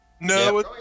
No